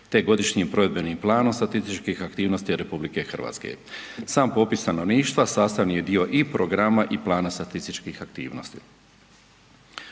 te godišnjim provedbenim planom statističkih aktivnosti RH. Sam popis stanovništva sastavni je dio i programa i plana statističkih aktivnosti.